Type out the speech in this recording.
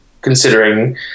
considering